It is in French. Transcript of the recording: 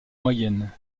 moyenne